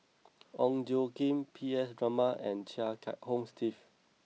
Ong Tjoe Kim P S Raman and Chia Kiah Hong Steve